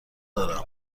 دارم